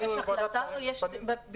יש החלטה או יש ביצוע?